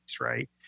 right